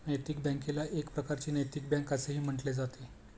नैतिक बँकेला एक प्रकारची नैतिक बँक असेही म्हटले जाते